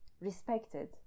respected